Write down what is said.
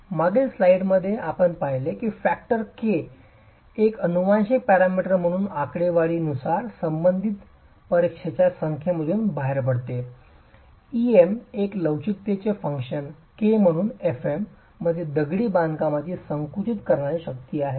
मागील स्लाइडमध्ये आपण पाहिले आहे की फॅक्टर k एक आनुवंशिक पॅरामीटर म्हणून आकडेवारीनुसार संबंधित परीक्षेच्या संख्येमधून बाहेर पडते Em एक लवचिकतेचे मॉड्यूलस फंक्शन k म्हणून fm मध्ये दगडी बांधकामाची संकुचन करणारी शक्ती आहे